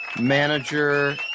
manager